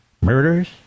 murders